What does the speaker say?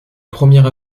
premier